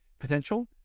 potential